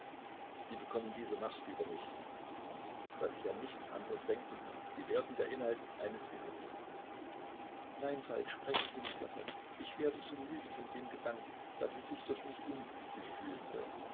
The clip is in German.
sie bekommen diese macht über mich daß ich an nichts andres denken kann sie werden der inhalt meines gehirnes nein falk sprechen sie nicht davon ich werde so müde von dem gedanken daß sie sich durch mich unglücklich fühlen sollen